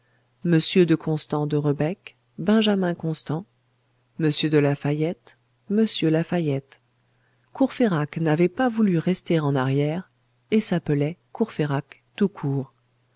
m de constant de rebecque benjamin constant m de lafayette m lafayette courfeyrac n'avait pas voulu rester en arrière et s'appelait courfeyrac tout court